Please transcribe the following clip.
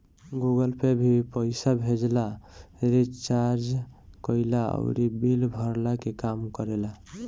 Google Pay भी पईसा भेजला, रिचार्ज कईला अउरी बिल भरला के काम करेला